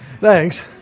Thanks